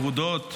ורודות: